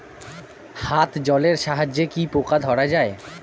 হাত জলের সাহায্যে কি পোকা ধরা যায়?